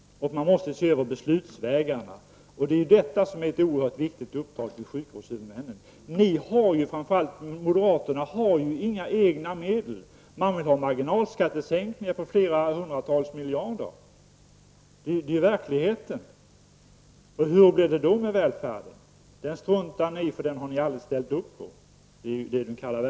Det gäller också att se över beslutsvägarna. Det är ett oerhört viktigt uppdrag för sjukvårdshuvudmännen. De borgerliga partierna, framför allt moderaterna, anvisar inga medel för detta. De vill i stället genomföra marginalskattesänkningar på flera hundra miljarder; det är sanningen. Hur går det då med välfärden? Jo, den struntar ni i, den har ni aldrig ställt upp på.